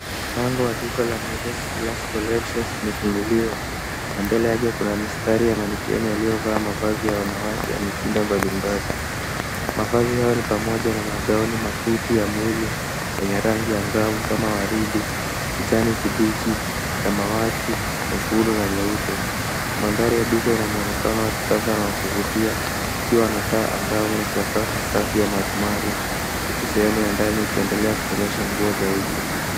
Mlango wa duka la Milosi classic collections limefunguliwa; na mbele yake kuna mistari ya manekeni waliyovaa nguo za wanawake za mitindo mbali mbali. Mavazi haya ni pamoja na magauni mafupi ya mwili yenye rangi ya angavu kama waridi, kijani kibichi, samawati, nyekundu, na nyeupe. Mandhari ya duka inamwonekano wa kisasa na wa kuvutia ikiwa na taa angavu na sakafu safi ya maru maru, huku sehemu ya ndani ikiendelea kuonyesha nguo zaidi